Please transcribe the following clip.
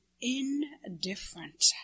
indifferent